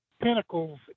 pinnacles